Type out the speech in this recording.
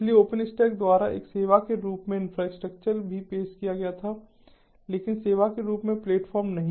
इसलिए OpenStack द्वारा एक सेवा के रूप में इंफ्रास्ट्रक्चर भी पेश किया गया था लेकिन सेवा के रूप में प्लेटफ़ॉर्म नहीं